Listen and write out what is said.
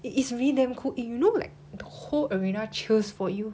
it is really damn cool you know like the whole arena cheers for you